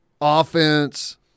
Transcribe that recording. offense